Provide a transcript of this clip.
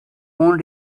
own